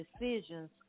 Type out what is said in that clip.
decisions